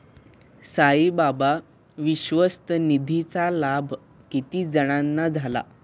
साईबाबा विश्वस्त निधीचा लाभ किती जणांना झाला?